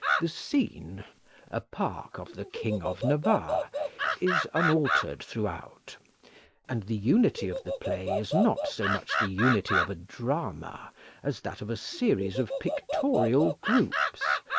the scene a park of the king of navarre is unaltered throughout and the unity of the play is not so much the unity of a drama as that of a series of pictorial groups,